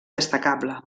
destacable